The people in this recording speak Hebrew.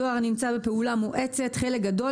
הדואר נמצא בפעולה מואצת כאשר חלק גדול